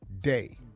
day